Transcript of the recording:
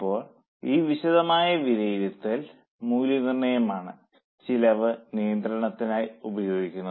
ഇപ്പോൾ ഈ വിശദമായ വിലയിരുത്തൽ മൂല്യനിർണ്ണയമാണ് ചെലവ് നിയന്ത്രണത്തിനായി ഉപയോഗിക്കുന്നത്